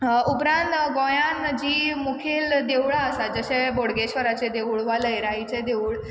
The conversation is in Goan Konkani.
उपरांत गोंयान जी मुखेल देवळां आसा जशें बोडगेश्वराचें देवूळ वा लयराईचें देवूळ